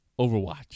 Overwatch